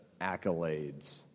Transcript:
accolades